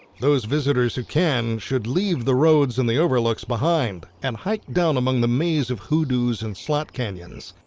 those visitors who can, should leave the roads and the overlooks behind, and hiked down among the maze of hoodoos and slot canyons.